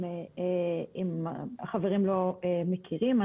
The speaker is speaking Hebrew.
אם החברים לא מכירים.